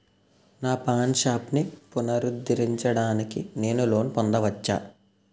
నా పాన్ షాప్ని పునరుద్ధరించడానికి నేను లోన్ పొందవచ్చా?